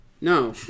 No